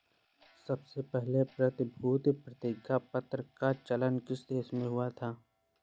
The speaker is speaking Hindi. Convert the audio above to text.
सबसे पहले प्रतिभूति प्रतिज्ञापत्र का चलन किस देश में हुआ था?